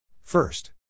First